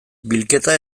bilketa